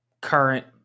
current